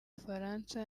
bufaransa